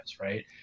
right